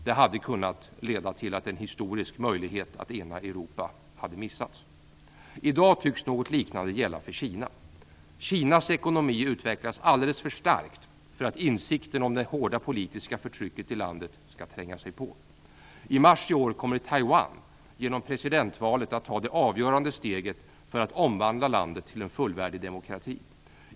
Det hade kunnat leda till att en historisk möjlighet att ena Europa hade missats. I dag tycks något liknande gälla för Kina. Kinas ekonomi utvecklas alldeles för starkt för att insikten om det hårda politiska förtrycket i landet skall tränga sig på. I mars i år kommer Taiwan genom presidentvalet att ta det avgörande steget för att omvandla landet till en fullvärdig demokrati.